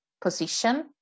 position